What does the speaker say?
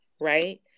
Right